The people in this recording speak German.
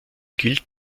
gilt